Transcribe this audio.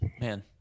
Man